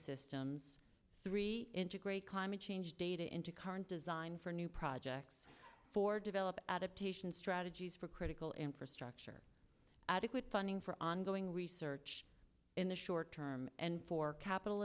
systems three integrate climate change data into current design for new projects for develop adaptation strategies for critical infrastructure adequate funding for ongoing research in the short term and for capital